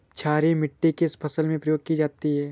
क्षारीय मिट्टी किस फसल में प्रयोग की जाती है?